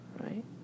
right